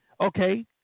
Okay